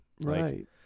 Right